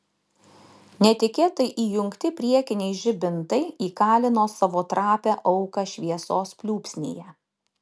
netikėtai įjungti priekiniai žibintai įkalino savo trapią auką šviesos pliūpsnyje